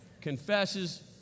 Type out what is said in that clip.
confesses